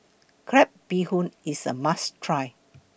Crab Bee Hoon IS A must Try